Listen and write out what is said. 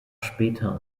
später